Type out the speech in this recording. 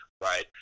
right